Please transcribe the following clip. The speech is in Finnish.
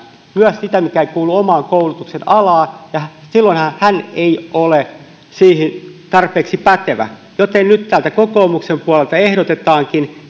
myös sitä mikä ei kuulu omaan koulutuksen alaan silloinhan hakija ei ole siihen tarpeeksi pätevä joten nyt täältä kokoomuksen puolelta ehdotetaankin